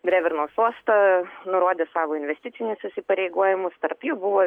drevernos uostą nurodė savo investicinius įsipareigojimus tarp jų buvo